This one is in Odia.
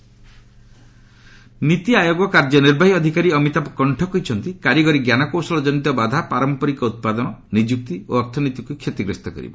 ନୀତି ଆୟୋଗ ନୀତିଆୟୋଗ କାର୍ଯ୍ୟନିର୍ବାହୀ ଅଧିକାରୀ ଅମିତାଭ କଣ୍ଠ କହିଛନ୍ତି କାରିଗରୀ ଜ୍ଞାନକୌଶଳ କନିତ ବାଧା ପାରମ୍ପରିକ ଉତ୍ପାଦନ ନିଯୁକ୍ତି ଓ ଅର୍ଥନୀତିକୁ କ୍ଷତିଗ୍ରସ୍ତ କରିବ